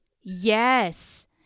Yes